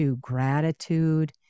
gratitude